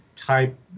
type